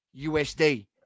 USD